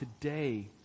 today